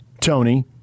Tony